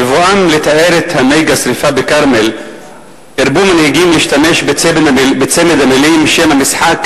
בבואם לתאר את המגה-שרפה בכרמל הרבו מנהיגים להשתמש במלים: שם המשחק,